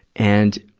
and,